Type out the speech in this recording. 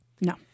No